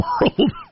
world